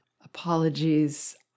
apologies